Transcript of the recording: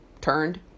turned